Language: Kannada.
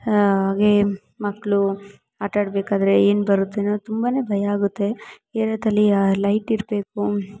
ಹಾಗೇ ಮಕ್ಕಳು ಆಟಾಡಬೇಕಾದ್ರೆ ಏನು ಬರುತ್ತೇನೋ ತುಂಬಾ ಭಯ ಆಗುತ್ತೆ ಏರ್ಯಾದಲ್ಲಿ ಲೈಟ್ ಇರಬೇಕು